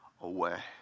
away